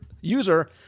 user